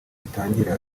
ritangira